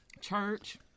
church